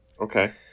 Okay